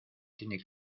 tiene